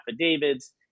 affidavits